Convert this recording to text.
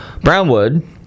Brownwood